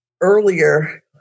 earlier